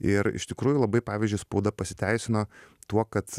ir iš tikrųjų labai pavyzdžiui spauda pasiteisino tuo kad